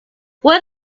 what